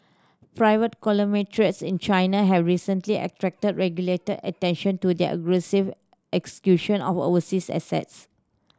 private conglomerates in China have recently attracted regulatory attention to their aggressive execution of overseas assets